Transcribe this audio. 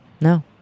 No